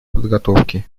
подготовки